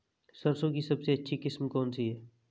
सरसों की सबसे अच्छी किस्म कौन सी है?